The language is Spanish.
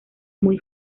muy